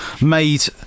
made